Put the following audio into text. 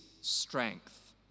strength